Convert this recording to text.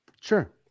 Sure